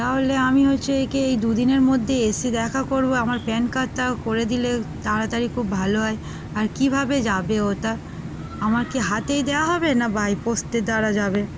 তাহলে আমি হচ্ছে একে এই দু দিনের মধ্যে এসে দেখা করবো আমার প্যান কার্ডটা করে দিলে তাড়াতাড়ি খুব ভালো হয় আর কীভাবে যাবে ওটা আমাকে হাতেই দেওয়া হবে না বাইপোস্টের দ্বারা যাবে